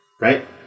Right